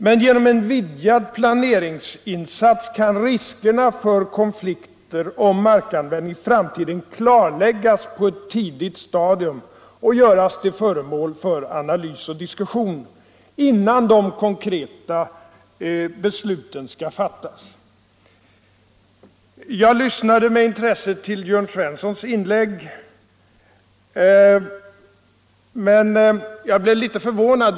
Men genom en vidgad planeringsinsats kan riskerna för konflikter om markanvändningen i framtiden klarläggas på ett tidigt stadium och göras till föremål för analys och diskussion innan de konkreta besluten skall fattas. Jag lyssnade med intresse till Jörn Svenssons inlägg, men jag blev litet förvånad.